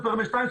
סופרמן 2,